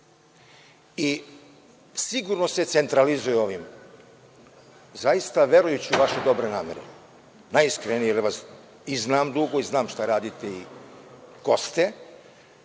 i sigurno se centralizuje ovim. Zaista, verujući u vaše dobre namere, najiskrenije jer vas i znam dugo i znam šta radite i ko ste,